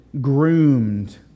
groomed